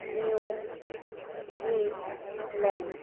New Zealand